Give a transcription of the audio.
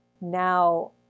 Now